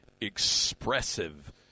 expressive